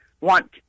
want